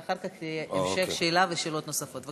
ואחר כך יהיה המשך שאלה ושאלות נוספות.